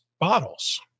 bottles